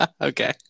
Okay